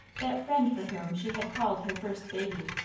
that friend for whom she had called her first baby,